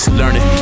learning